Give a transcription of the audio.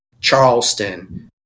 Charleston